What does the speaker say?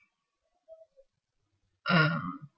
uh